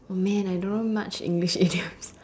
oh man I don't know much English idioms